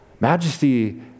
majesty